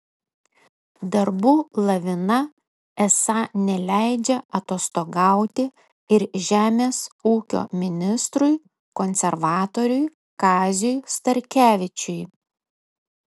darbų lavina esą neleidžia atostogauti ir žemės ūkio ministrui konservatoriui kaziui starkevičiui